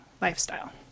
lifestyle